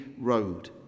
road